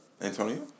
Antonio